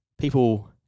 people